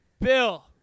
bill